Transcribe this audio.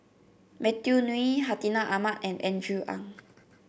Matthew Ngui Hartinah Ahmad and Andrew Ang